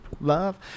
love